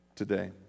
today